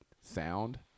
sound